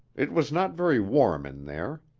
it was not very warm in there.